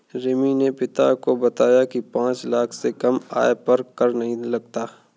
रिमी ने पिता को बताया की पांच लाख से कम आय पर कर नहीं लगता